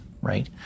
right